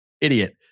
idiot